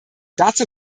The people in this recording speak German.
dazu